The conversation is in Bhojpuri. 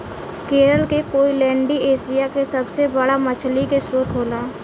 केरल के कोईलैण्डी एशिया के सबसे बड़ा मछली के स्त्रोत होला